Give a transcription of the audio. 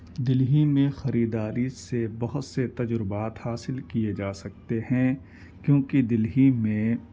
دلہی میں خریداری سے بہت سے تجربات حاصل کیے جا سکتے ہیں کیونکہ دلہی میں